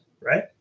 right